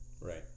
right